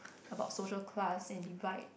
about social class and invite